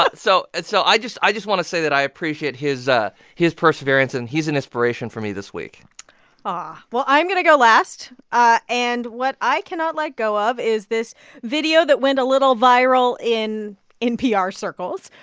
ah so and so i just i just want to say that i appreciate his ah his perseverance, and he's an inspiration for me this week aw. ah well, i'm going to go last, ah and what i cannot let go of is this video that went a little viral in npr circles.